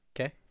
Okay